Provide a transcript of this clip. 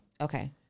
Okay